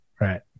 Right